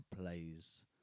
plays